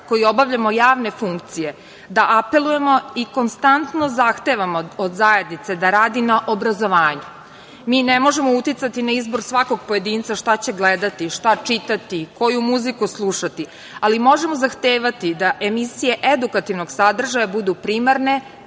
koji obavljamo javne funkcije da apelujemo i konstantno zahtevamo od zajednice da radi na obrazovanju. Mi ne možemo uticati na izbor svakog pojedinca šta će gledati, šta čitati, koju muziku slušati, ali možemo zahtevati da emisije edukativnog sadržaja budu primarne,